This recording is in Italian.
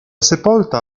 sepolta